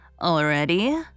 Already